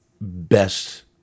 best